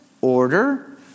order